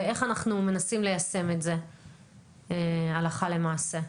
ואיך אנחנו מנסים ליישם את זה הלכה למעשה?